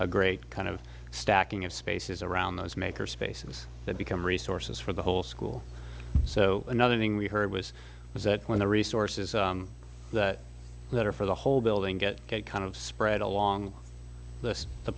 a great kind of stacking of spaces around those maker spaces that become resources for the whole school so another thing we heard was is that when the resources that are for the whole building get kind of spread along the